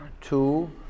two